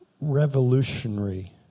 revolutionary